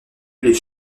les